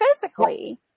physically